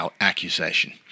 accusation